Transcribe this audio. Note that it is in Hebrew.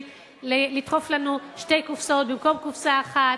לדחוף לנו שתי קופסאות במקום קופסה אחת.